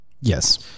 Yes